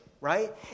right